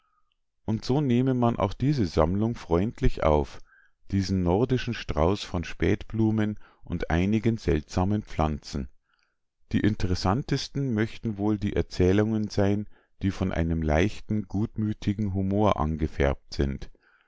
und so nehme man auch diese sammlung freundlich auf diesen nordischen strauß von spätblumen und einigen seltsamen pflanzen die interessantesten möchten wohl die erzählungen sein die von einem leichten gutmüthigen humor angefärbt sind